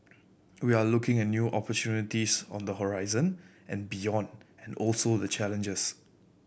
we are looking at new opportunities on the horizon and beyond and also the challenges